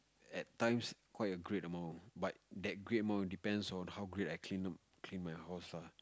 at times quite a great amount but that great amount depends on how great I clean the clean my house lah